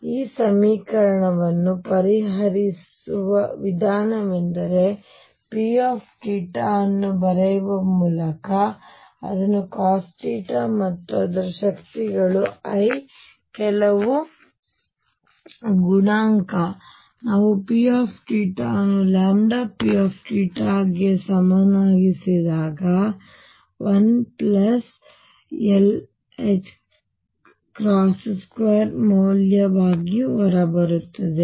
ಈಗ ಈ ಸಮೀಕರಣವನ್ನು ಪರಿಹರಿಸುವ ವಿಧಾನವೆಂದರೆ P θ ಅನ್ನು ಬರೆಯುವ ಮೂಲಕ ಅದನ್ನು cos ಮತ್ತು ಅದರ ಶಕ್ತಿಗಳು i ಕೆಲವು ಗುಣಾಂಕ C i ವಿಸ್ತರಿಸುತ್ತದೆ ನಾವು P θ ಅನ್ನು P θ ಗೆ ಸಮನಾಗಿಸಿದಾಗ λ ಮೌಲ್ಯವು 1l2 ಆಗಿ ಬರುತ್ತದೆ